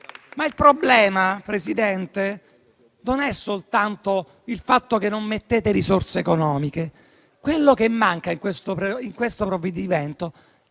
Il problema non è soltanto il fatto che non mettete risorse economiche. Quello che manca in questo provvedimento